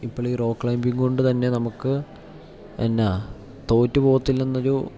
ഇപ്പോൾ ഈ rope climbing കൊണ്ട് തന്നെ നമുക്ക് എന്നാൽ തോറ്റ് പോകത്തില്ല എന്നൊരു